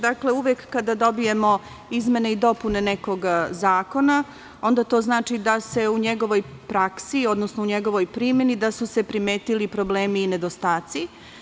Dakle, uvek kada dobijemo izmene i dopune nekog zakona onda to znači da se u njegovoj praksi, odnosno u njegovoj primeni da su se primetili problemi i nedostaci.